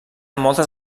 moltes